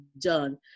done